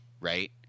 Right